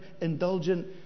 indulgent